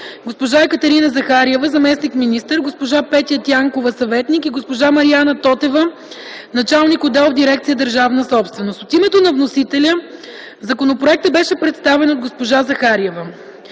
госпожа Екатерина Захариева – заместник–министър, госпожа Петя Тянкова – съветник, и госпожа Мариана Тотева – началник отдел в дирекция „Държавна собственост”. От името на вносителя законопроектът беше представен от госпожа Захариева.